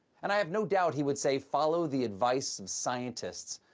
and i have no doubt he would say follow the advice of scientists,